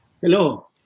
Hello